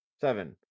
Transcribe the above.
seven